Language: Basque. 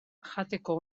jateko